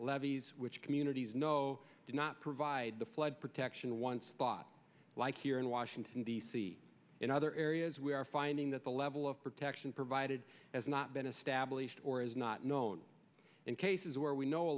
levees which communities know did not provide the flood protection one spot like here in washington d c in other areas we are finding that the level of protection provided has not been established or is not known in cases where we know